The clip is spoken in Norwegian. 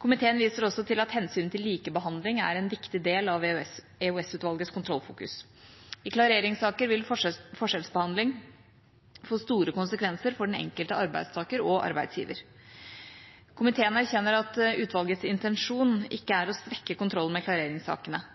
Komiteen viser også til at hensynet til likebehandling er en viktig del av EOS-utvalgets kontrollfokus. I klareringssaker vil forskjellsbehandling få store konsekvenser for den enkelte arbeidstaker og arbeidsgiver. Komiteen erkjenner at utvalgets intensjon ikke er å svekke kontrollen med klareringssakene.